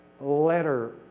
letter